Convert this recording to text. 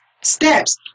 steps